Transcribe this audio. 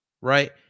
Right